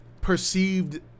perceived